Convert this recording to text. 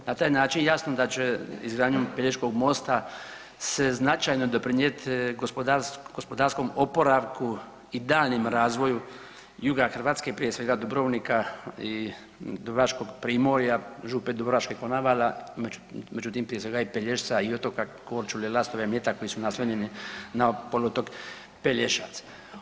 Na taj način jasno da će izgradnjom Pelješkog mosta se značajno doprinijeti gospodarskom oporavku i daljnjem razvoju juga Hrvatske prije svega Dubrovnika i Dubrovačkog Primorja, Župe dubrovačke, Konavala, međutim prije svega i Pelješca i otoka Korčule, Lastova i Mljeta koji su naslonjeni na poluotok Pelješac.